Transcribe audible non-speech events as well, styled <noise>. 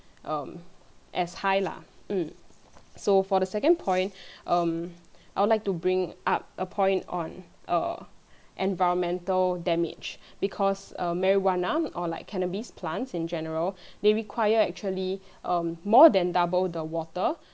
um as high lah mm so for the second point <breath> um I would like to bring up a point on err environmental damage because um marijuana or like cannabis plants in general may require actually um more than double the water